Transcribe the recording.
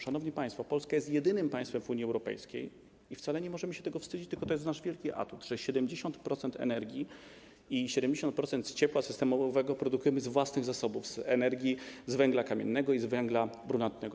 Szanowni państwo, Polska jest jedynym państwem w Unii Europejskiej - wcale nie możemy się tego wstydzić, tylko to jest nasz wielki atut - które 70% energii i 70% ciepła systemowego produkuje z własnych zasobów, z energii z węgla kamiennego i z węgla brunatnego.